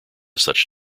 such